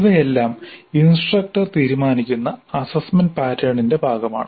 ഇവയെല്ലാം ഇൻസ്ട്രക്ടർ തീരുമാനിക്കുന്ന അസ്സസ്സ്മെന്റ് പാറ്റേണിന്റെ ഭാഗമാണ്